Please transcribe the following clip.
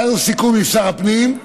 היה לנו סיכום עם שר הפנים,